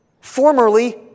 formerly